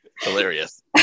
Hilarious